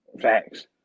Facts